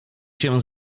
się